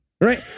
Right